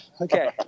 Okay